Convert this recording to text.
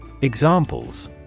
Examples